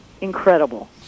incredible